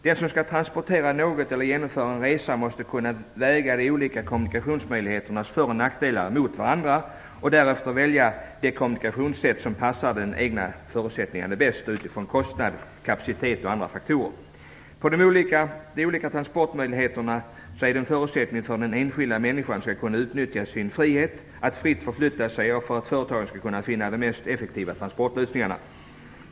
Den som skall transportera något eller skall genomföra en resa måste kunna väga de olika kommunikationsmöjligheternas för och nackdelar mot varandra och därefter välja det kommunikationssätt som passar de egna förutsättningarna bäst, sett utifrån kostnad, kapacitet och andra faktorer. De olika transportmöjligheterna är en förutsättning för att den enskilda människan skall kunna utnyttja sin frihet att fritt förflytta sig och för att företagen skall kunna finna de mest effektiva transportlösningarna.